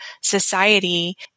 society